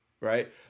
right